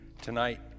Tonight